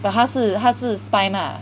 but 他是他是 spy mah